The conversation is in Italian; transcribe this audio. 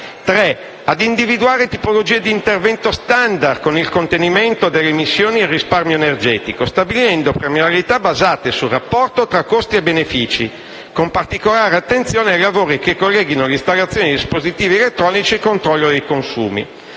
4) ad individuare tipologie di intervento *standard* per il contenimento delle emissioni e il risparmio energetico, stabilendo premialità basate sul rapporto tra costi e benefici, con particolare attenzione ai lavori che colleghino l'installazione di dispositivi elettronici di controllo dei consumi